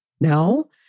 no